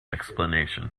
explanation